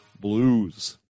blues